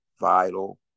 vital